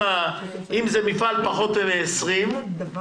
אם זה מפעל עם פחות מ-20 עובדים,